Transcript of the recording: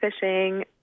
Fishing